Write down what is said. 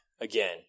again